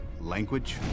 language